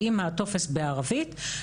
יודעים מה הטופס בערבית,